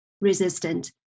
resistant